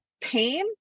pain